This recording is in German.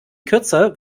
kürzer